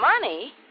money